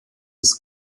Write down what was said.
des